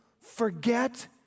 forget